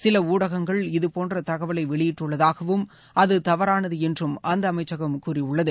சில ஊடகங்கள் இதபோன்ற தகவலை வெளியிட்டுள்ளதாகவும் அது தவற்றனது என்றும் அந்த அமைச்சகம் கூறியுள்ளது